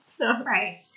Right